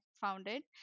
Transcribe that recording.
founded